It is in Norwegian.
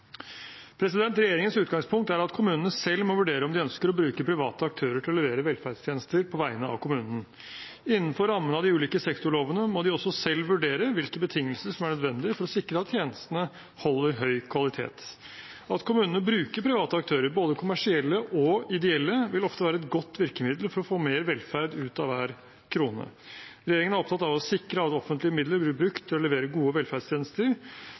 Regjeringens utgangspunkt er at kommunene selv må vurdere om de ønsker å bruke private aktører til å levere velferdstjenester på vegne av kommunen. Innenfor rammene av de ulike sektorlovene må de også selv vurdere hvilke betingelser som er nødvendige for å sikre at tjenestene holder høy kvalitet. At kommunene bruker private aktører, både kommersielle og ideelle, vil ofte være et godt virkemiddel for å få mer velferd ut av hver krone. Regjeringen er opptatt av å sikre at offentlige midler blir brukt til å levere gode velferdstjenester,